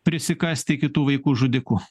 prisikasti iki tų vaikų žudikų